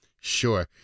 Sure